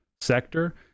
sector